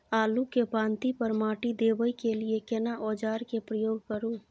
आलू के पाँति पर माटी देबै के लिए केना औजार के प्रयोग करू?